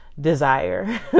desire